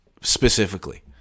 specifically